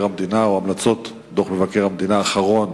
המדינה או המלצות דוח מבקר המדינה האחרון